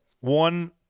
One